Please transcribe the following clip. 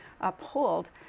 uphold